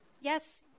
Yes